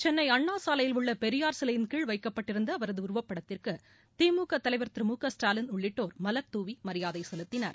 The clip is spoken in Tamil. சென்னை அண்ணா சாலையில் உள்ள பெரியார் சிலையின் கீழ் வைக்கப்பட்டிருந்த அவரது உருவப்படத்திற்கு திமுக தலைவர் திரு மு க ஸ்டாலின் உள்ளிட்டோர் மவர் தூவி மரியாதை செலுத்தினர்